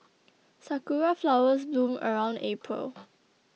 sakura flowers bloom around April